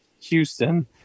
Houston